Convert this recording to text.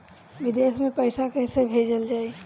विदेश में पईसा कैसे भेजल जाई?